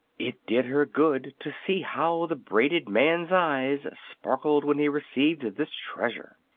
it did her good to see how the braided man's eyes sparkled when he received this treasure.